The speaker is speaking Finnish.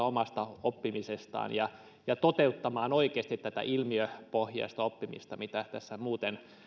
omasta oppimisestaan ja ja toteuttamaan oikeasti tätä ilmiöpohjaista oppimista mitä tässä muuten